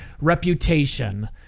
reputation